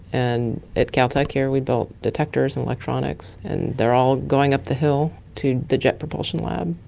and at caltech here we built detectors and electronics and they are all going up the hill to the jet propulsion lab,